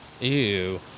Ew